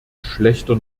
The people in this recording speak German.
schlechter